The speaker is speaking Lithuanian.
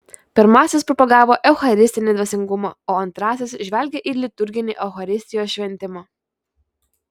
pirmasis propagavo eucharistinį dvasingumą o antrasis žvelgė į liturginį eucharistijos šventimą